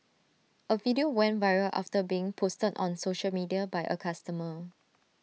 A video went viral after being posted on social media by A customer